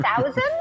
thousand